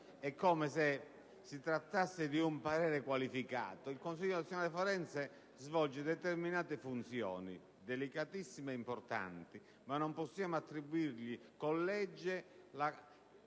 È come se si trattasse di un parere qualificato. Il Consiglio nazionale forense svolge determinate funzioni, delicatissime e importanti, ma non possiamo attribuirgli con legge